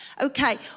Okay